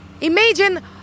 imagine